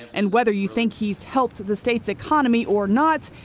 and whether you think he's helped the state's economy or not,